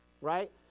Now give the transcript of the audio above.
Right